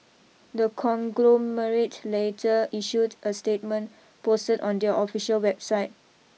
the conglomerate later issued a statement posted on their official website